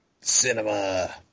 Cinema